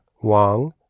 Wang